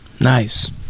Nice